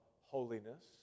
holiness